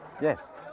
Yes